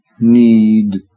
Need